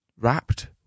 wrapped